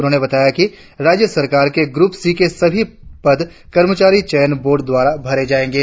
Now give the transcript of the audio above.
उन्होंने बताया कि राज्य सरकार के ग्रुप सी के सभी पद कर्मचारी चयन बोर्ड द्वारा भरे जाएगे